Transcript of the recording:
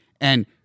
and-